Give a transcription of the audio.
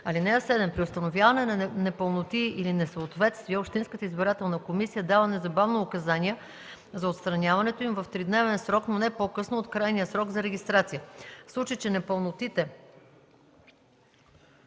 ден. (7) При установяване на непълноти или несъответствия общинската избирателна комисия дава незабавно указания за отстраняването им в тридневен срок, но не по-късно от крайния срок за регистрация. В случай че непълнотите